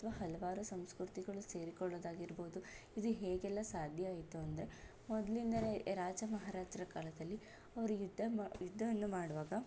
ಅಥವಾ ಹಲವಾರು ಸಂಸ್ಕೃತಿಗಳು ಸೇರಿಕೊಳ್ಳೋದಾಗಿರ್ಬೋದು ಇದು ಹೇಗೆಲ್ಲ ಸಾಧ್ಯ ಆಯಿತು ಅಂದರೆ ಮೊದಲಿಂದಲೇ ರಾಜ ಮಹಾರಾಜರ ಕಾಲದಲ್ಲಿ ಅವರು ಯುದ್ಧ ಮಾ ಯುದ್ಧ ಅನ್ನು ಮಾಡುವಾಗ